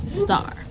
star